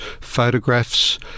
photographs